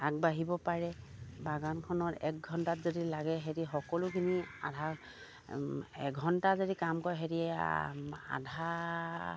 আগবাঢ়িব পাৰে বাগানখনৰ একঘণ্টাত যদি লাগে সেহেঁতি সকলোখিনি আধা এঘণ্টা যদি কাম কৰে সেহেঁতি আধা